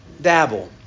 dabble